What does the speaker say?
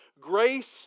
Grace